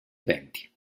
eventi